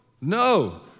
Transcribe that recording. no